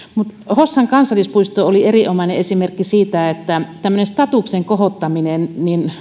hossan kansallispuisto oli erinomainen esimerkki siitä että tämmöinen statuksen kohottaminen